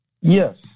Yes